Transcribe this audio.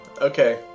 Okay